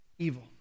Evil